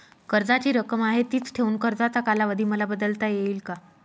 कर्जाची रक्कम आहे तिच ठेवून कर्जाचा कालावधी मला बदलता येईल का?